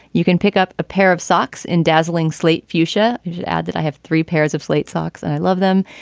you can pick up a pair of socks in dazzling slate fuchsia. you should add that i have three pairs of slate socks and i love them.